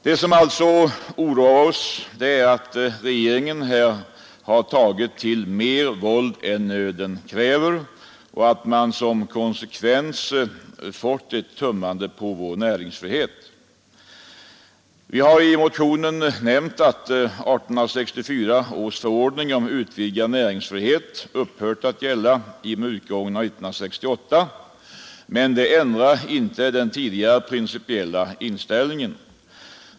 Det som alltså oroar oss är att regeringen här har tagit till mer våld än nöden kräver och att konsekvensen blir ett system som medför att man tummar på vår näringsfrihet. Vi har i motionen anfört att 1864 års förordning om utvidgad näringsfrihet upphört att gälla i och med utgången av 1968, men det ändrar inte den tidigare principiella inställningen.